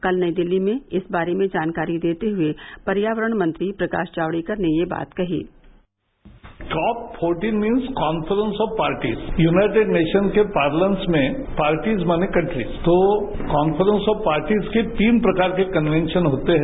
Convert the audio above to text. कल नई दिल्ली में इस बारे में जानकारी देते हुए पर्यावरण मंत्री प्रकाश जावड़ेकर ने यह बात कही काप्स fourteen means conference of parties United Nations के पार्ललेंस में पार्टिज मायने कांट्रिज तो कांफ्रेंस ऑफ पार्टिज की तीन प्रकार के कन्वे षण होते हैं